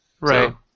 Right